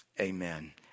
Amen